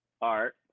art